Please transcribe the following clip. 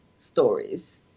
stories